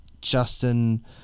Justin